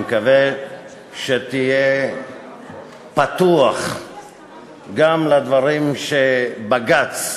אני מקווה שתהיה פתוח גם לדברים של בג"ץ